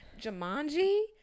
Jumanji